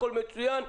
הכל מצוין,